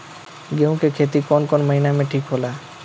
गेहूं के खेती कौन महीना में ठीक होला?